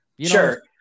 Sure